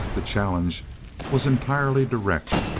the challenge was entirely direct.